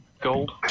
gold